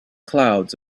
clouds